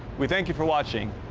we thank you for watching.